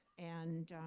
and